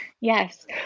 Yes